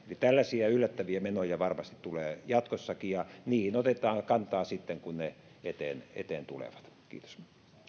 tällaisia yllättäviä menoja varmasti tulee jatkossakin ja niihin otetaan kantaa sitten kun ne eteen eteen tulevat kiitos